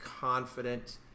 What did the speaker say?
confident